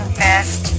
best